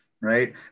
right